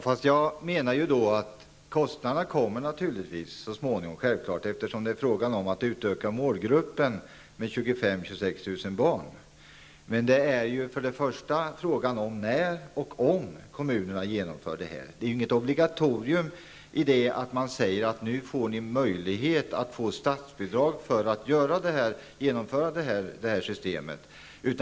Fru talman! Kostnaderna uppstår självfallet så småningom, eftersom det är fråga om att utöka målgruppen med 25--26 000 barn. Men det är främst en fråga om när och om kommunerna kan genomföra detta. Det rör sig ju inte om något obligatorium om kommunerna får möjlighet att få statsbidrag för att genomföra detta system.